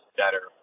better